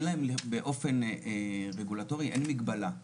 באופן רגולטורי אין מגבלה.